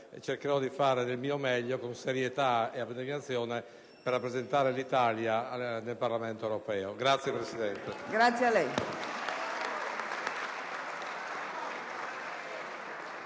Cercherò di fare del mio meglio, con serietà ed abnegazione, per rappresentare l'Italia nel Parlamento europeo. *(Generali